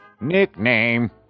Nickname